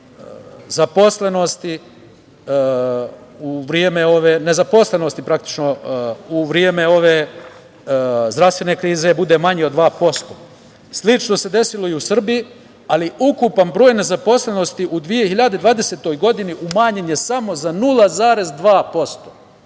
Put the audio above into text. nezaposlenosti u vreme ove zdravstvene krize bude manji od 2%.Slično se desilo i u Srbiji, ali ukupan broj nezaposlenosti u 2020. godini umanjen je samo za 0,2%,